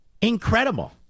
Incredible